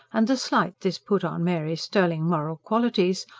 and the slight this put on mary's sterling moral qualities,